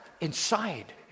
inside